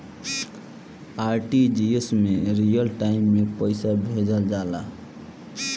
RTGS में real time में पइसा भेजल जाला